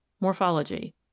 Morphology